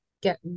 get